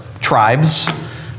tribes